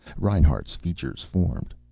reinhart's features formed.